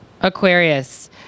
Aquarius